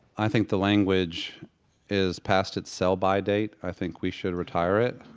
i think the language is past its sell-by date. i think we should retire it.